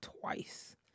twice